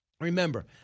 Remember